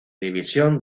división